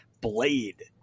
Blade